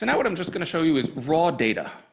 and what i'm just going to show you is raw data.